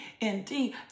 indeed